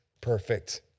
perfect